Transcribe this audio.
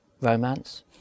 romance